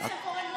לפני לפני.